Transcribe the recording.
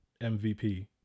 MVP